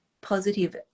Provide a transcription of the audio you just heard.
positive